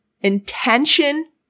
Intention